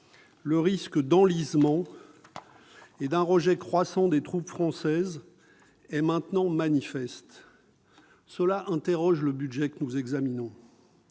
Le risque d'enlisement et d'un rejet croissant des troupes françaises est maintenant manifeste. Voilà qui conduit à s'interroger sur le budget que nous examinons.